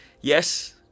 yes